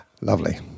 Lovely